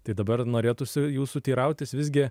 tai dabar norėtųsi jūsų teirautis visgi